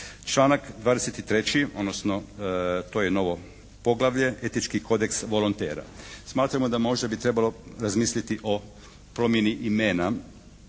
Članak 23. odnosno to je novo poglavlje – etički kodeks volontera. Smatramo da možda bi trebalo razmisliti o promjeni imena